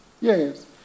Yes